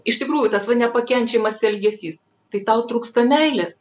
iš tikrųjų tas va nepakenčiamas elgesys tai tau trūksta meilės